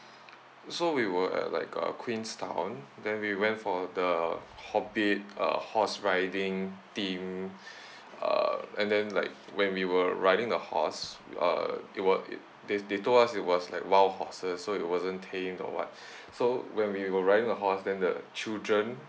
so we were uh like uh queenstown then we went for the hobbit uh horse riding team uh and then like when we were riding the horse uh it were it they they told us it was like wild horses so it wasn't tame or what so when we were riding a horse then the children